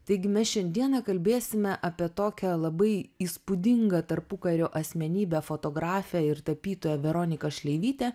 taigi mes šiandien kalbėsime apie tokią labai įspūdingą tarpukario asmenybę fotografę ir tapytoją veroniką šleivytę